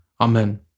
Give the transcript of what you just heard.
Amen